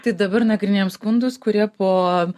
tai dabar nagrinėjam skundus kurie po